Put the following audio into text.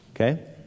okay